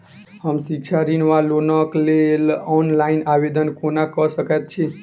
हम शिक्षा ऋण वा लोनक लेल ऑनलाइन आवेदन कोना कऽ सकैत छी?